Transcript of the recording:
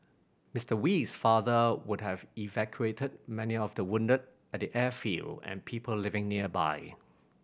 Mister Wee's father would have evacuated many of the wounded at the airfield and people living nearby